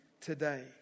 today